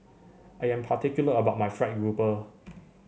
I am particular about my fried grouper